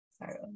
Sorry